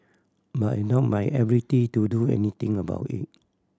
but I doubted my ability to do anything about it